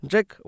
Jack